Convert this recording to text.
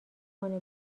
کنه